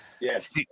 Yes